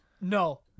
no